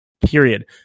period